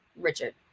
Richard